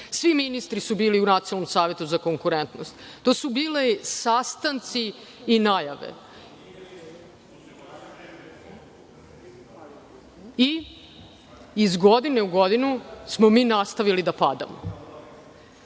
Svi ministri su bili u Nacionalnom savetu za konkurentnost. To su bili sastanci i najave. I, iz godine u godinu smo mi nastavili da padamo. Ova